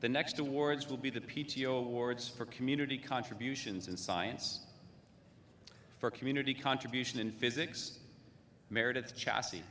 the next awards will be the p t o awards for community contributions and science for community contribution in physics meredith chassis